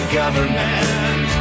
government